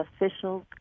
officials